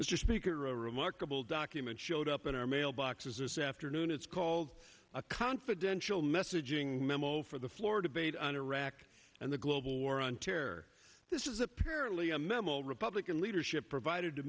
is just bigger a remarkable document showed up in our mailboxes this afternoon it's called a confidential messaging memo for the floor debate on iraq and the global war on terror this is apparently a memo republican leadership provided to